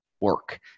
work